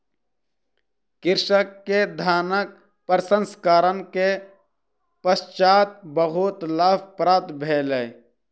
कृषक के धानक प्रसंस्करण के पश्चात बहुत लाभ प्राप्त भेलै